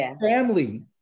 family